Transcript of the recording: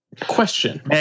Question